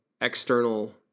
external